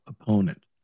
opponent